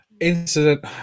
incident